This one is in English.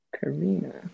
Karina